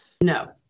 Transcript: No